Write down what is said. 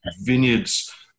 vineyards